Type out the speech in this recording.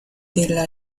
della